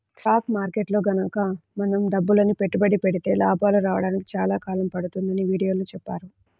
stock మార్కెట్టులో గనక మనం డబ్బులని పెట్టుబడి పెడితే లాభాలు రాడానికి చాలా కాలం పడుతుందని వీడియోలో చెప్పారు